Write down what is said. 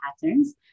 patterns